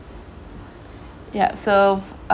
ya so